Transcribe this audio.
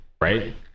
Right